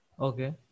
Okay